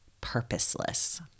purposeless